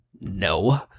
no